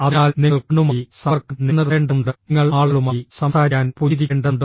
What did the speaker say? അതിനാൽ നിങ്ങൾ കണ്ണുമായി സമ്പർക്കം നിലനിർത്തേണ്ടതുണ്ട് നിങ്ങൾ ആളുകളുമായി സംസാരിക്കാൻ പുഞ്ചിരിക്കേണ്ടതുണ്ട്